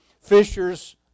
fishers